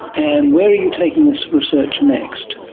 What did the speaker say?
and where are you taking this research next?